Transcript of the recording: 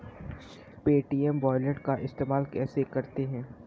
Paytm wallet का इस्तेमाल कैसे करते हैं?